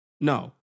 no